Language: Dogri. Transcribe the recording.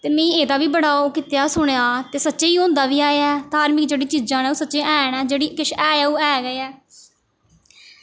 ते में एह्दा बी बड़ा ओह् कीते सुनेआ ते सच्चें एह् होंदा बी ऐ धार्मक जेह्ड़ियां चीज़ां न ओह् सच्चें ऐ न जेह्ड़ी किश ऐ ओह् ऐ गै ऐ